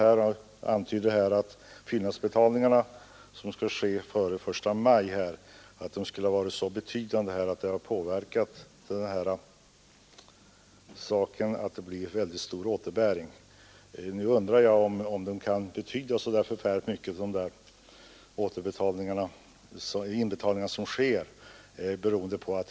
Han antydde att fyllnadsbetalningarna, som skall ske före den 1 maj, skulle vara så betydande att de har påverkat resultatet av överuttaget genom att det blir väldigt stor återbäring på dem. Nu undrar jag om dessa inbetalningar kan betyda så förfärligt mycket.